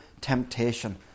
temptation